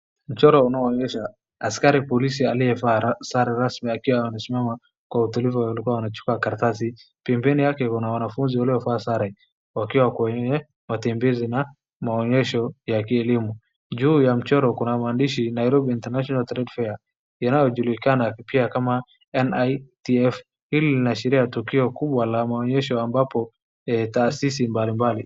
Mchoro unaoonyesha askari polisi aliyevaa sare rasmi akiwa amesimama kwa utulivu alikiwa anachukua karatasi. Pembeni yake kuna wanafunzi waliovaa sare, wakiwa kwenye matembezi na maonyesho ya kielimu. Juu ya mchoro kuna maandishi Nairobi International Trade Fair , inayojulikana pia kama NITF. Hili linaashiria tukio kubwa la maonyesho ambapo taasisi mbalimbali.